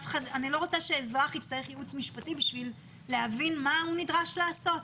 אני לא רוצה שאזרח יצטרך ייעוץ משפטי בשביל להבין מה הוא נדרש לעשות,